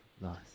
nice